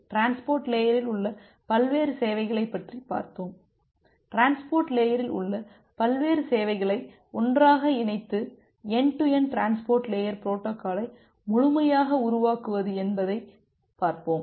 transport லேயரில் உள்ள பல்வேறு சேவைகளை ஒன்றாக இணைத்து என்டு டு என்டு டிரான்ஸ்போர்ட் லேயர் பொரோட்டோகாலை முழுமையாக உருவாக்குவது என்பதை பார்ப்போம்